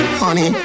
honey